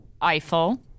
Eiffel